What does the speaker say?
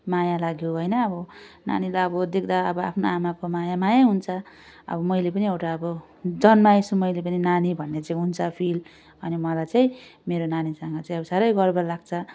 माया लाग्यो होइन अब नानीलाई अब देख्दा अब आफ्नो आमाको माया माया हुन्छ अब मैले पनि एउटा अब जन्माएछु मैले पनि नानी भन्ने चाहिँ हुन्छ फिल अनि मलाई चाहिँ मेरो नानीसँग चाहिँ अब साह्रै गर्व लाग्छ